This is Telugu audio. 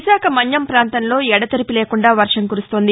విశాఖ మన్యం పాంతంలో ఎడతెరిపి లేకుండా వర్షం కురుస్తుంది